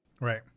Right